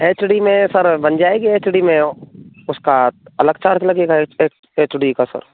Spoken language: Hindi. एच डी में सर बन जाएगी एच डी में उसका अलग चार्ज लगेगा एच डी का सर